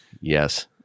yes